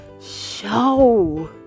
Show